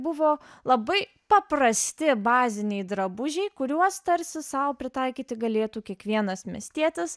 buvo labai paprasti baziniai drabužiai kuriuos tarsi sau pritaikyti galėtų kiekvienas miestietis